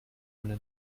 eine